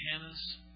Hannah's